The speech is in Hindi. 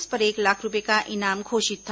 इस पर एक लाख रुपए का इनाम घोषित था